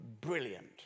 brilliant